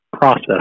process